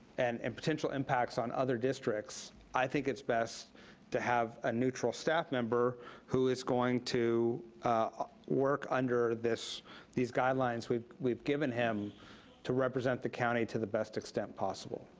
and and potential impacts on other districts, i think it's best to have a neutral staff member who is going to ah work under these guidelines we've we've given him to represent the county to the best extent possible.